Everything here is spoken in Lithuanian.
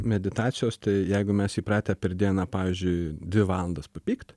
meditacijos tai jeigu mes įpratę per dieną pavyzdžiui dvi valandas papykt